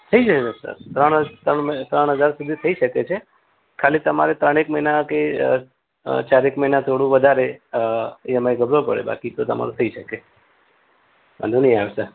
થઈ જાય સર ત્રણ ત્રણ હજાર સુધી થઈ શકે છે ખાલી તમારે ત્રણેક મહિના કે ચારેક મહિના થોડું વધારે ઈએમઆઈ ભરવો પડે બાકી તો તમારું થઈ શકે વાંધો નહીં આવે સર